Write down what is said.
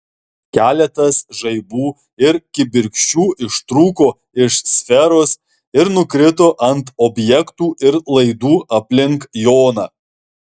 keletas žaibų ir kibirkščių ištrūko iš sferos ir nukrito ant objektų ir laidų aplink joną